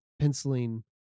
penciling